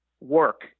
work